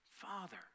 Father